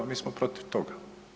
Mi smo protiv toga.